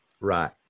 Right